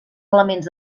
elements